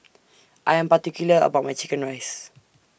I Am particular about My Chicken Rice